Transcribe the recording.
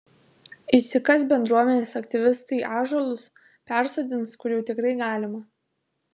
išsikas bendruomenės aktyvistai ąžuolus persodins kur jau tikrai galima